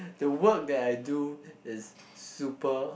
the work that I do is super